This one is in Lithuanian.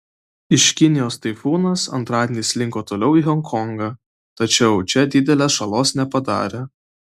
iš kinijos taifūnas antradienį slinko toliau į honkongą tačiau čia didelės žalos nepadarė